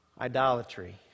Idolatry